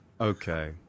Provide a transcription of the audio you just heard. Okay